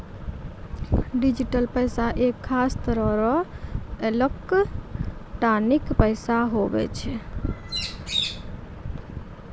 digital पैसा एक खास तरह रो एलोकटानिक पैसा हुवै छै